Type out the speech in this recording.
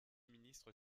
ministre